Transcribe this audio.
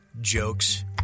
jokes